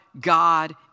God